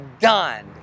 done